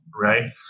Right